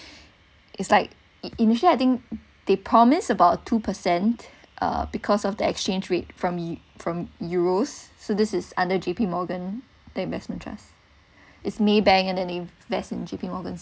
it's like i~ initially I think they promise about two percent uh because of the exchange rate from eu~ from euros so this is under J_P morgan the investment trust it's maybank and then they invest in J_P morgan